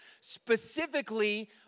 specifically